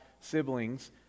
siblings